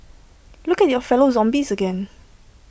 look at your fellow zombies again